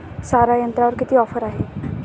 सारा यंत्रावर किती ऑफर आहे?